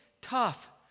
tough